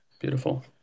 Beautiful